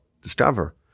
discover